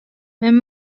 men